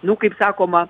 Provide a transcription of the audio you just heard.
nu kaip sakoma